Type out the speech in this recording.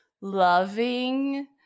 loving